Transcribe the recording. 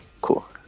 Cool